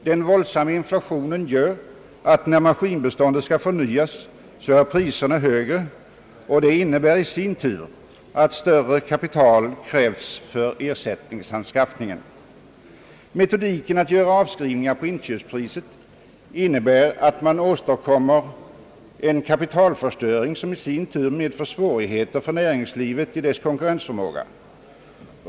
Den våldsamma inflationen gör, att när maskinbeståndet skall förnyas har priserna blivit högre, och det innebär i sin tur att större kapital krävs för ersättningsanskaffningen. Metodiken att göra avskrivningarna på inköpspriset innebär att man åstadkommer en kapitalförstöring, som i sin tur vållar svårigheter för näringslivet med hänsyn till dess konkurrensförmåga.